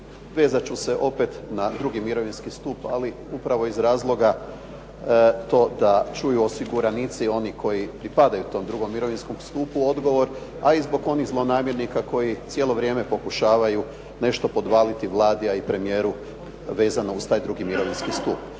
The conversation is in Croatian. Vezati ću se opet na drugi mirovinski stup, ali upravo iz razloga to da čuju osiguranici oni koji pripadaju tom drugom mirovinskom stupu odgovor, a i zbog onih zlonamjernika koji cijeli vrijeme pokušavaju nešto podvaliti Vladi, a i premijeru vezano uz taj drugi mirovinski stup.